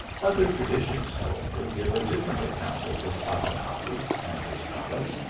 other traditions, however, give a different account of this aben habuz and his palace,